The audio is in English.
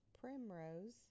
primrose